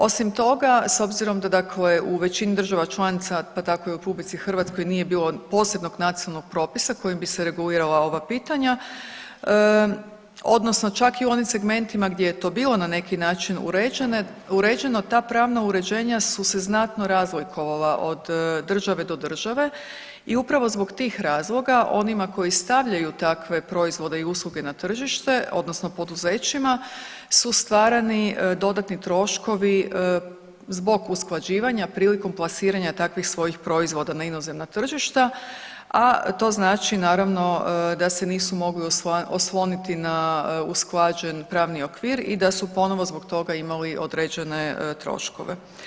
Osim toga, s obzirom da dakle u većini država članica pa tako i u RH nije bilo posebnog nacionalnog propisa kojim bi se regulirala ova pitanja odnosno čak i u onim segmentima gdje je to bilo na neki način uređeno ta pravna uređenja su se znatno razlikovala od države do države i upravo zbog tih razloga onima koji stavljaju takve proizvode i tržište odnosno poduzećima su stvarani dodatni troškovi zbog usklađivanja prilikom plasiranja takvih svojih proizvoda na inozemna tržišta, a to znači naravno da se nisu mogli osloniti na usklađen pravni okvir i da su ponovo zbog toga imali određene troškove.